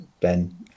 Ben